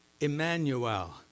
Emmanuel